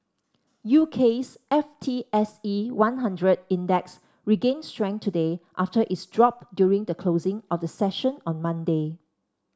UK's F T S E one hundred Index regained strength today after its drop during the closing of the session on Monday